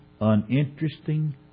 uninteresting